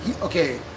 Okay